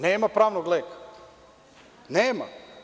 Nema pravnog leka, nema.